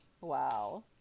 Wow